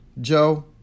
Joe